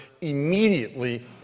immediately